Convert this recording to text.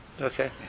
okay